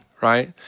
right